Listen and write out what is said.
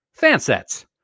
Fansets